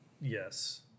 yes